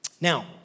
Now